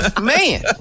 Man